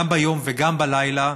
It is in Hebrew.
גם ביום וגם בלילה,